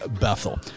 Bethel